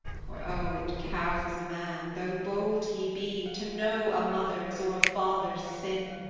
for, oh, it cows a man, though bold he be, to know a mother's or a father's sin.